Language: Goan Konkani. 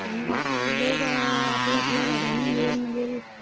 आनी लोक आपल्या आपल्या गाडयांनी येवन मागीर